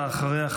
ואחריה,